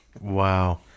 Wow